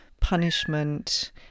punishment